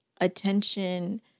attention